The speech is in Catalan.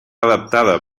adaptada